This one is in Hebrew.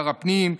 שר הפנים,